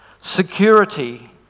Security